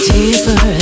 Deeper